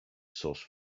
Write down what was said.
sauce